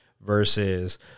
versus